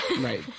Right